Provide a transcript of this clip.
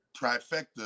trifecta